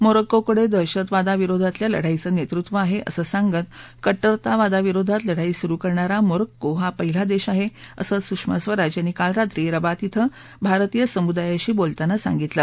मोरक्कोकडे दहशतवादाविरोधातल्या लढाईचं नेतृत्व आहे असं सांगत कट्टरतावादाविरोधात लढाई सुरु करणारा मोरक्को हा पहिला देश आहे असं सुषमा स्वराज यांनी काल रात्री रबात शें भारतीय समुदायाशी बोलताना सांगितलं